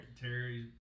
Terry